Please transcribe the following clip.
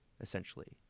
essentially